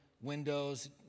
windows